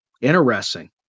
interesting